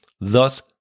Thus